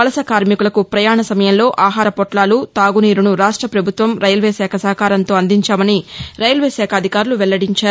వలస కార్శికులకు ప్రయాణ సమయంలో ఆహార పొట్లాలు తాగునీరును రాష్ట ప్రభుత్వం రైల్వే శాఖ సహకారంతో అందించాలని రైల్వే శాఖ అధికారులు వెల్లడించారు